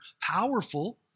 powerful